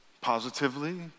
positively